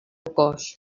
cos